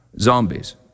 Zombies